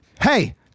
Hey